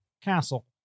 Castle